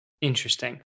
Interesting